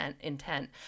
intent